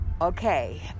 okay